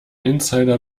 insider